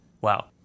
wow